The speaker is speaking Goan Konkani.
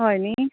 हय न्ही